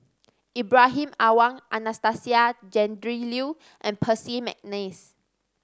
Ibrahim Awang Anastasia Tjendri Liew and Percy McNeice